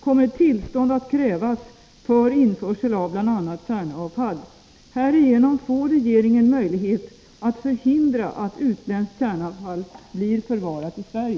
Finns det risk för att liknande metoder används inom andra statliga företag?